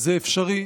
זה אפשרי.